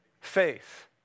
faith